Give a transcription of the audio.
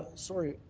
sorry,